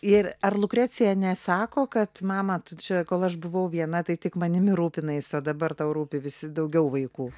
ir ar lukrecija nesako kad mama tu čia kol aš buvau viena tai tik manimi rūpinais o dabar tau rūpi visi daugiau vaikų